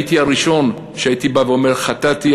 הייתי הראשון שהייתי בא ואומר: חטאתי,